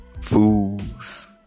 Fools